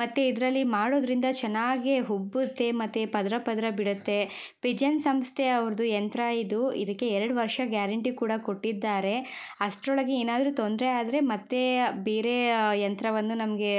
ಮತ್ತು ಇದರಲ್ಲಿ ಮಾಡೋದ್ರಿಂದ ಚೆನ್ನಾಗಿ ಉಬ್ಬುತ್ತೆ ಮತ್ತು ಪದರ ಪದರ ಬಿಡತ್ತೆ ಪಿಜನ್ ಸಂಸ್ಥೆ ಅವರದು ಯಂತ್ರ ಇದು ಇದಕ್ಕೆ ಎರಡು ವರ್ಷ ಗ್ಯಾರಂಟಿ ಕೂಡ ಕೊಟ್ಟಿದ್ದಾರೆ ಅಷ್ಟರೊಳಗೆ ಏನಾದರೂ ತೊಂದರೆ ಆದರೆ ಮತ್ತೆ ಬೇರೆಯ ಯಂತ್ರವನ್ನು ನಮಗೆ